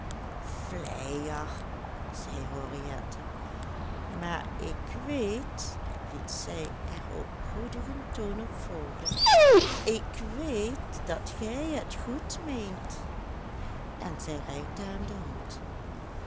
vleier zei henriette maar ik weet liet zij er op goedigen toon op volgen ik weet dat gij het goed meent en zij reikte hem de hand